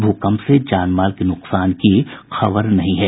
भूकंप से जान माल के नुकसान की खबर नहीं है